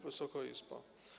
Wysoka Izbo!